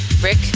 rick